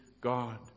god